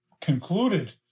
concluded